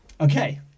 Okay